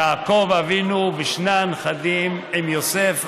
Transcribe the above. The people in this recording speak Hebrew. יעקב אבינו ושני הנכדים עם יוסף,